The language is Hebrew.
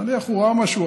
נניח שהוא ראה משהו,